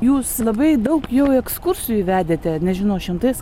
jūs labai daug jau ekskursijų vedėte nežinau šimtais